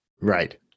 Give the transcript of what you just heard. Right